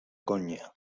konya